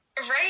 Right